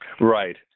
Right